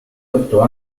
otto